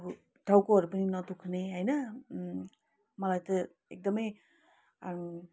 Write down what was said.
त्यस्तो टाउकोहरू पनि नदुख्ने होइन मलाई त्यो एकदमै